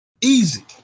Easy